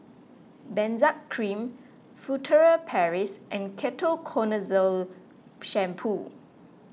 Benzac Cream Furtere Paris and Ketoconazole Shampoo